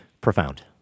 profound